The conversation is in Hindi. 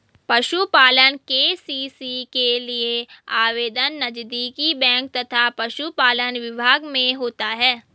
पशुपालन के.सी.सी के लिए आवेदन नजदीकी बैंक तथा पशुपालन विभाग में होता है